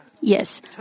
Yes